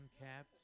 uncapped